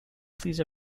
please